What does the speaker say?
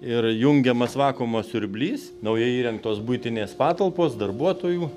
ir įjungiamas vakuumo siurblys naujai įrengtos buitinės patalpos darbuotojų